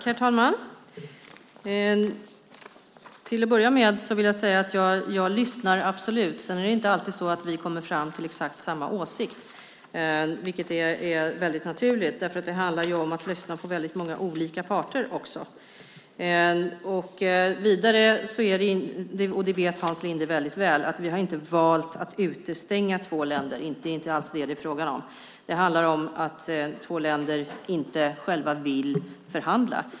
Herr talman! Jag lyssnar absolut. Sedan är det inte alltid så att vi kommer fram till exakt samma åsikt, vilket är väldigt naturligt därför att det också handlar om att lyssna på väldigt många olika parter. Hans Linde vet väldigt väl att vi inte har valt att utestänga två länder. Det är inte alls det som det är fråga om. Det handlar om att två länder själva inte vill förhandla.